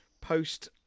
post